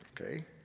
Okay